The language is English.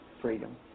freedom